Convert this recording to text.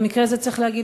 במקרה זה צריך להגיד,